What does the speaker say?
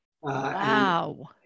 Wow